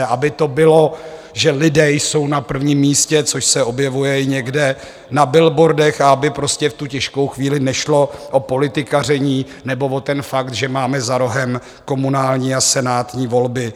Aby to bylo, že lidé jsou na prvním místě, což se objevuje i někde na billboardech, aby prostě v tu těžkou chvíli nešlo o politikaření nebo o ten fakt, že máme za rohem komunální a senátní volby.